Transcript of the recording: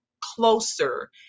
closer